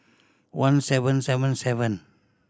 one seven seven seven